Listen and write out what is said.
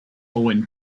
owen